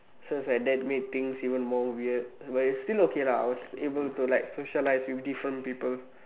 so was like that made things even more weird but it's still okay lah I was still able to like socialise with different people